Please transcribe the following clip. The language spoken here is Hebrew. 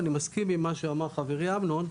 אני מסכים עם מה שאמר חברי אמנון,